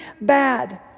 bad